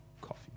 Coffee